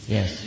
Yes